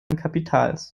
kapitals